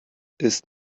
ist